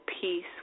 peace